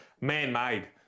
man-made